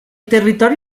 territori